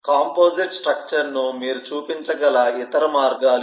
composite structure ను మీరు చూపించగల ఇతర మార్గాలు ఇవి